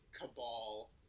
cabal